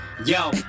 Yo